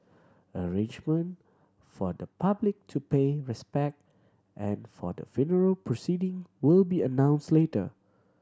arrangement for the public to pay respect and for the funeral proceeding will be announced later